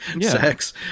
sex